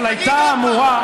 אבל הייתה אמורה,